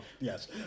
Yes